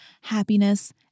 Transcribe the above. happiness